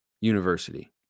University